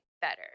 better